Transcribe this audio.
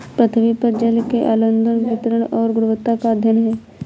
पृथ्वी पर जल के आंदोलन वितरण और गुणवत्ता का अध्ययन है